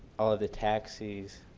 all of the taxi's